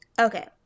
Okay